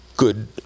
Good